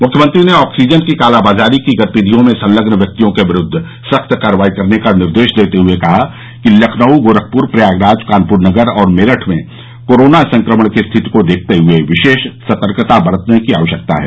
मुख्यमंत्री ने ऑक्सीजन की कालाबाजारी की गतिविधियों में संलग्न व्यक्तियों के विरूद्व सख्त कार्रवाई का निर्देश देते हुए कहा कि लखनऊ गोरखपुर प्रयागराज कानपुर नगर और मेरठ में कोरोना संक्रमण की स्थिति को देखते हुए विशेष सतर्कता बरतने की आवश्यकता है